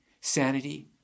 sanity